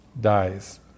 dies